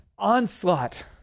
onslaught